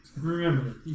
remember